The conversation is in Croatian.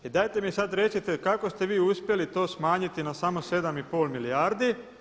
I dajte mi sad recite kako ste vi uspjeli to smanjiti na samo 7 i pol milijardi?